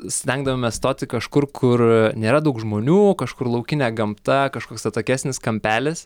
stengdavomės stoti kažkur kur nėra daug žmonių kažkur laukinė gamta kažkoks atokesnis kampelis